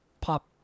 pop